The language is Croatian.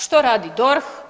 Što radi DORH?